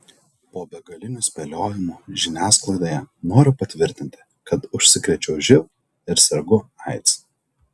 po begalinių spėliojimų žiniasklaidoje noriu patvirtinti kad užsikrėčiau živ ir sergu aids